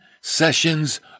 sessions